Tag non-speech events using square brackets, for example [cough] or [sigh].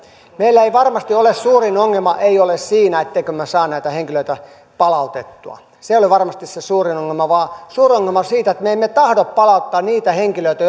meillä varmasti suurin ongelma ei ole siinä ettemmekö me saa näitä henkilöitä palautettua se ei ole varmasti se suurin ongelma vaan suurin ongelma on siinä että me emme tahdo palauttaa niitä henkilöitä [unintelligible]